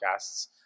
podcasts